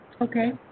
Okay